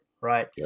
Right